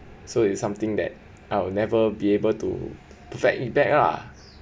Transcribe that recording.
so it's something that I will never be able to perfect it back lah